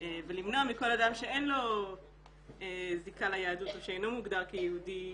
ולמנוע מכל אדם שאין לו זיקה ליהדות או שאינו מוגדר כיהודי,